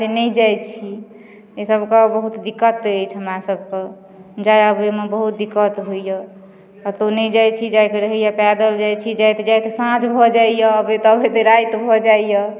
ताहिके दुआरे से नहि जाइ छी एहि सब के बहुत दिक्कत अछि हमरा सब के जाय आबै मे बहुत दिक्कत होइ यऽ कतौ नहि जाइ छी जाय के रहैया पैदल जाइ छी जायत जायत साँझ भऽ जाइया अबैत अबैत राति भऽ जाइया बहुते दिक्कत